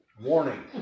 warning